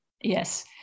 Yes